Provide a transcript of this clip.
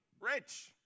rich